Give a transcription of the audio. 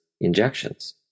injections